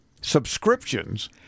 subscriptions